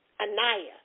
Anaya